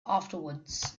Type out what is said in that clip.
afterwards